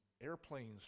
airplanes